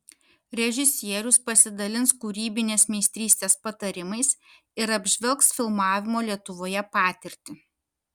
režisierius pasidalins kūrybinės meistrystės patarimais ir apžvelgs filmavimo lietuvoje patirtį